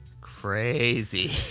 crazy